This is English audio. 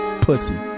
pussy